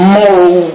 moral